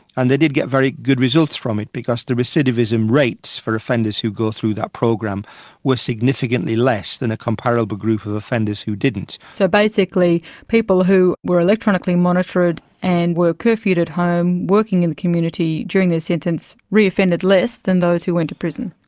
and they did get very good results from it, because the recidivism rates for offenders who go through that program were significantly less than a comparable group of offenders who didn't. so, basically, people who were electronically monitored and were curfewed at home, working in the community during their sentence, reoffended less than those who went to prison.